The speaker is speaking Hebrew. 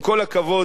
עם כל הכבוד,